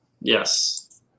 Yes